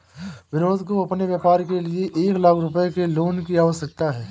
विनोद को अपने व्यापार के लिए एक लाख रूपए के लोन की आवश्यकता है